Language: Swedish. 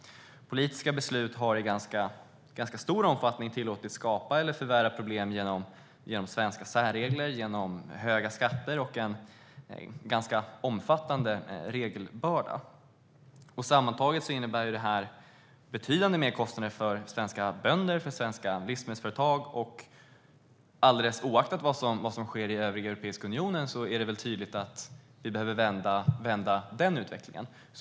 Politiska beslut har i ganska stor omfattning tillåtits skapa eller förvärra problem genom svenska särregler, höga skatter och en rätt omfattande regelbörda. Sammantaget innebär det här betydligt större kostnader för svenska bönder och livsmedelsföretag, och alldeles oavsett vad som sker i övriga Europeiska unionen är det tydligt att vi behöver vända den utvecklingen.